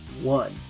one